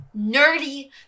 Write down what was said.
Nerdy